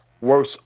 worse